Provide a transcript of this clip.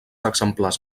exemples